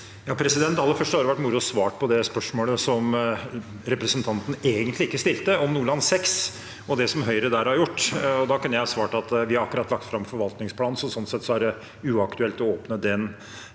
Aller først hadde det vært moro å svare på det spørsmålet representanten egentlig ikke stilte, om Nordland VI og det Høyre der har gjort. Da kunne jeg svart at vi akkurat har lagt fram forvaltningsplanen, så sånn sett er det uaktuelt å åpne det